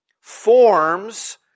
forms